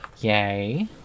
Yay